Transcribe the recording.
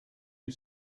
you